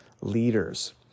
leaders